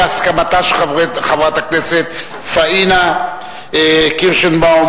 בהסכמתה של חברת הכנסת פאינה קירשנבאום,